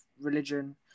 religion